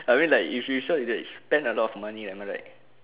I mean like if you sort that spend a lot of money am I right